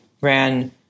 ran